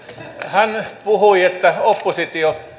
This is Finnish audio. hän puhui että oppositio